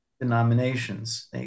denominations